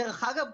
דרך אגב,